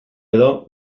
edo